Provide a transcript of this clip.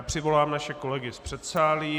Přivolám naše kolegy z předsálí.